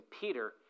Peter